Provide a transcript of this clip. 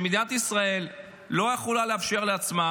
שמדינת ישראל לא יכולה לאפשר לעצמה